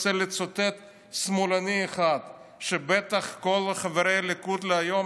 רוצה לצטט שמאלני אחד שבטח כל חברי הליכוד של היום,